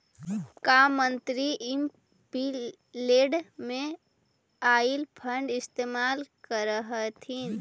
का मंत्री एमपीलैड में आईल फंड इस्तेमाल करअ हथीन